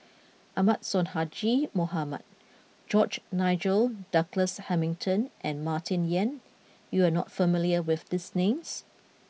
Ahmad Sonhadji Mohamad George Nigel Douglas Hamilton and Martin Yan you are not familiar with these names